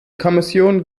kommission